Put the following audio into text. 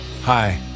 Hi